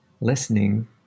listening